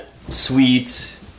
sweet